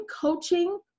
coaching